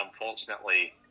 unfortunately